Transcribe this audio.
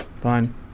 fine